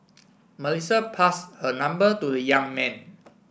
Melissa pass her number to the young man